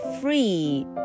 free